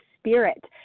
spirit